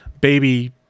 baby